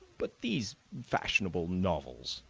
but these fashionable novels,